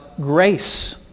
grace